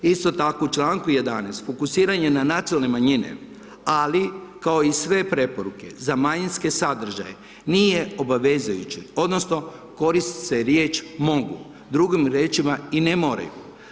Isto tako, u čl. 11 fokusiranje na nacionalne manjine, ali kao i sve preporuke za manjinske sadržaje nije obavezujuće, odnosno koristi se riječ „mogu“, drugim riječima, i ne moraju.